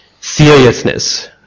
seriousness